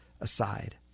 aside